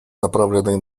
направленные